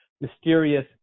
mysterious